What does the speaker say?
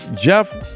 jeff